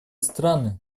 страны